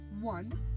one